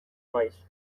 maiz